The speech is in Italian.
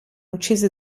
uccisi